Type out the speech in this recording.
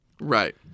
Right